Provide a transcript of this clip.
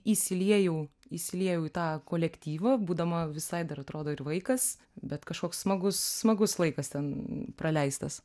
įsiliejau įsiliejau į tą kolektyvą būdama visai dar atrodo ir vaikas bet kažkoks smagus smagus laikas ten praleistas